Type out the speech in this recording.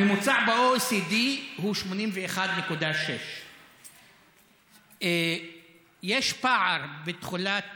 הממוצע ב-OECD הוא 81.6. יש פער בתוחלת